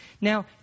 Now